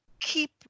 Keep